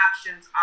options